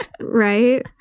Right